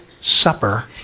supper